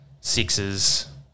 sixes